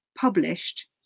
published